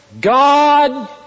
God